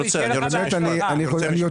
לא, אני כבר הייתי.